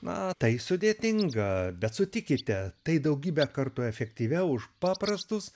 na tai sudėtinga bet sutikite tai daugybę kartų efektyviau už paprastus